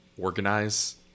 organize